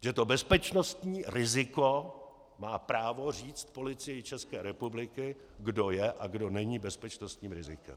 Že to bezpečnostní riziko má právo říct Policii České republiky, kdo je a kdo není bezpečnostním rizikem.